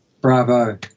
Bravo